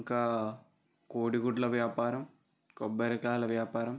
ఇంకా కోడిగుడ్ల వ్యాపారం కొబ్బరికాయల వ్యాపారం